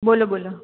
બોલો બોલો